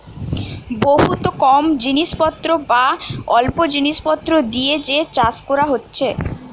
বহুত কম জিনিস পত্র বা অল্প জিনিস পত্র দিয়ে যে চাষ কোরা হচ্ছে